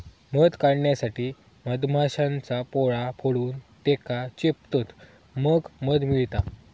मध काढण्यासाठी मधमाश्यांचा पोळा फोडून त्येका चेपतत मग मध मिळता